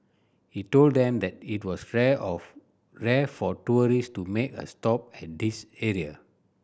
he told them that it was rare of rare for tourist to make a stop at this area